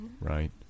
Right